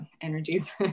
energies